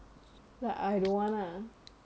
but I don't want ah